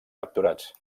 capturats